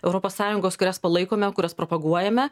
europos sąjungos kurias palaikome kurias propaguojame